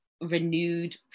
renewed